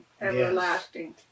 everlasting